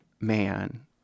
man